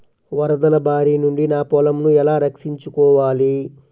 వరదల భారి నుండి నా పొలంను ఎలా రక్షించుకోవాలి?